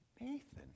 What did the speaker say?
Nathan